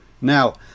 now